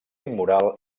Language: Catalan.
immoral